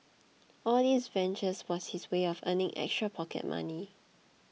all these ventures was his way of earning extra pocket money